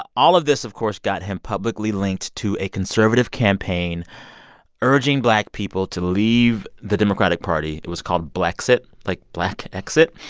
ah all of this of course got him publicly linked to a conservative campaign urging black people to leave the democratic party. it was called blackxit, like black exit.